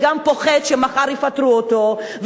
וגם פוחד שמחר יפטרו אותו,